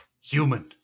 Human